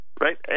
right